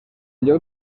lloc